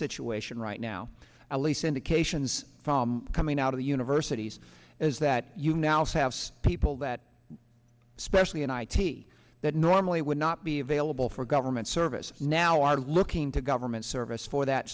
situation right now elise indications from coming out of the universities is that you now have people that especially in i t that normally would not be available for government service now are looking to government service for that